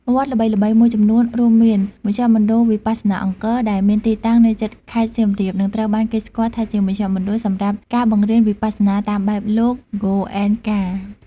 វត្តល្បីៗមួយចំនួនរួមមាន មជ្ឈមណ្ឌលវិបស្សនាអង្គរ ដែលមានទីតាំងនៅជិតខេត្តសៀមរាប និងត្រូវបានគេស្គាល់ថាជាមជ្ឈមណ្ឌលសម្រាប់ការបង្រៀនវិបស្សនាតាមបែបលោក ហ្គោអ៊េនកា ។